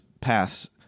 paths